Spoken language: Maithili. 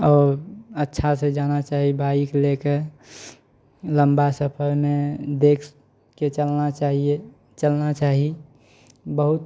आओर अच्छासँ जाना चाही बाइक लए कऽ लम्बा सफरमे देखके चलना चाहिये चलना चाही बहुत